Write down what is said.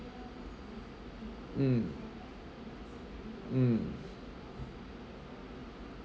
mm mm